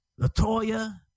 Latoya